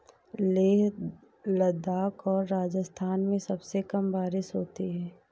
लेह लद्दाख और राजस्थान में सबसे कम बारिश होती है